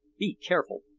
be careful.